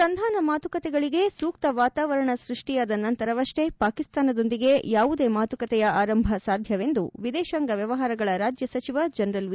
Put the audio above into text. ಸಂಧಾನ ಮಾತುಕತೆಗಳಿಗೆ ಸೂಕ್ತ ವಾತಾವರಣ ಸೃಷ್ಟಿಯಾದ ನಂತರವಹ್ವೇ ಪಾಕಿಸ್ತಾನದೊಂದಿಗೆ ಯಾವುದೇ ಮಾತುಕತೆಯ ಆರಂಭ ಸಾಧ್ಯವೆಂದು ವಿದೇತಾಂಗ ವ್ಯವಹಾರಗಳ ರಾಜ್ಯ ಸಚಿವ ಜನರಲ್ ವಿ